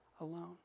alone